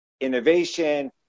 innovation